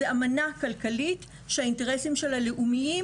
זו אמנה כלכלית שהאינטרסים שלה לאומיים,